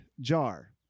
jar